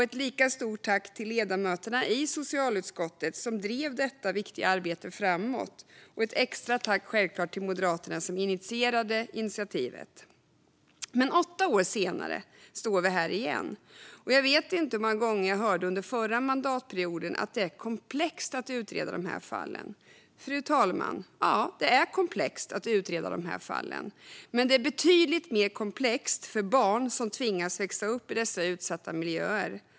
Ett lika stort tack riktar jag till ledamöterna i socialutskottet som drev detta viktiga arbete framåt, och ett extra tack riktas till Moderaterna som initierade detta. Åtta år senare står vi här igen. Jag vet inte hur många gånger jag hörde under förra mandatperioden att det är komplext att utreda de här fallen, fru talman. Ja, det är komplext att utreda de här fallen. Men det är betydligt mer komplext för barn som tvingas växa upp i dessa utsatta miljöer.